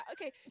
okay